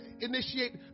initiate